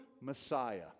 Messiah